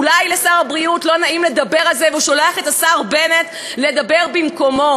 אולי לשר הבריאות לא נעים לדבר על זה והוא שולח את השר בנט לדבר במקומו,